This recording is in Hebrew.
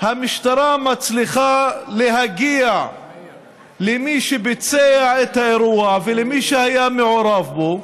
המשטרה מצליחה להגיע למי שביצע את האירוע ולמי שהיה מעורב בו,